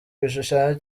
ibishushanyo